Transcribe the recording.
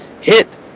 hit